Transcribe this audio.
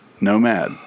Nomad